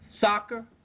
soccer